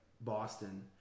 Boston